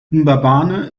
mbabane